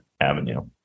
avenue